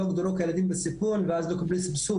שהילדים בו לא הוגדרו כילדים בסיכון ואז הם לא קיבלו סבסוד,